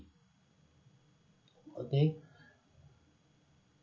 okay